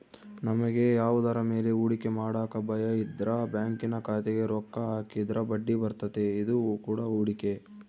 ನಮಗೆ ಯಾವುದರ ಮೇಲೆ ಹೂಡಿಕೆ ಮಾಡಕ ಭಯಯಿದ್ರ ಬ್ಯಾಂಕಿನ ಖಾತೆಗೆ ರೊಕ್ಕ ಹಾಕಿದ್ರ ಬಡ್ಡಿಬರ್ತತೆ, ಇದು ಕೂಡ ಹೂಡಿಕೆ